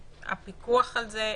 איך נעשה הפיקוח על זה?